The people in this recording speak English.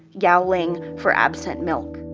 yowling for absent milk